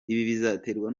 bizaterwa